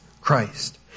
Christ